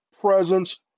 presence